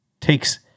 takes